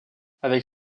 avec